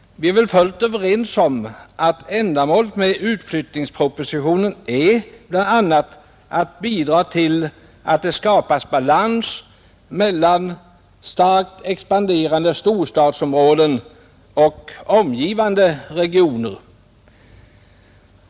Vi är väl fullt överens om att ändamålet med utflyttningspropositionen är bl.a, att bidra till att det skapas balans mellan starkt expanderande storstadsområden och omgivande regioner.